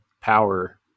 power